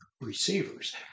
receivers